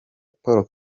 paul